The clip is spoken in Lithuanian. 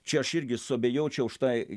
čia aš irgi suabejočiau štai